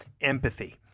empathy